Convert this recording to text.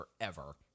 forever